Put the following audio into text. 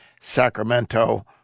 Sacramento